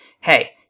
Hey